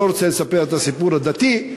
לא רוצה לספר את הסיפור הדתי,